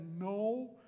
no